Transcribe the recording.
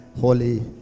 Holy